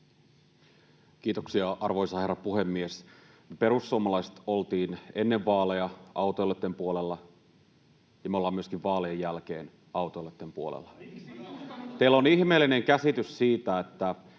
Kiitoksia, arvoisa herra puhemies! Me perussuomalaiset oltiin ennen vaaleja autoilijoitten puolella, ja me ollaan myöskin vaalien jälkeen autoilijoitten puolella. [Välihuutoja vasemmalta ja